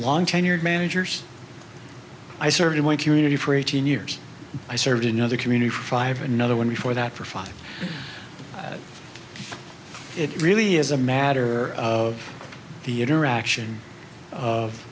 long tenured managers i certainly community for eighteen years i served in another community five another one before that for father it really is a matter of the interaction of